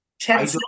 Ten